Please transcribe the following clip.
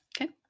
Okay